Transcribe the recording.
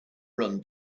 run